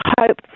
hope